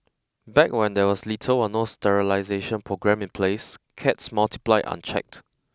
back when there was little or no sterilization program in place cats multiplied unchecked